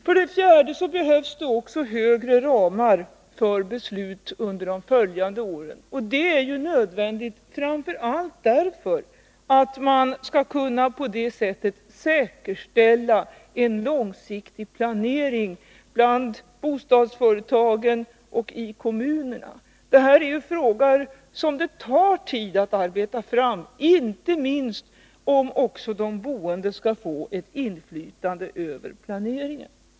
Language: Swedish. För det fjärde behövs det också högre ramar för beslut under de följande åren. Det är nödvändigt framför allt för att man på det sättet skall kunna säkerställa en långsiktig planering bland bostadsföretagen och i kommunerna. Det gäller åtgärder som det tar lång tid att arbeta fram, inte minst om också de boende skall få ett inflytande över planeringen.